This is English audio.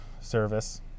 service